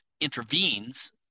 intervenes